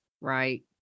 right